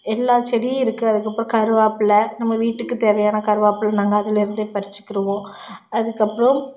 எல்லா செடியும் இருக்கும் அதுக்கு அப்புறம் கருவேப்பில நம்ம வீட்டுக்கு தேவையான கருவேப்பில நாங்கள் அதில் இருந்து பறிச்சிக்கிருவோம் அதுக்கு அப்புறம்